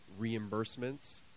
reimbursements